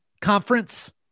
Conference